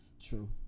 True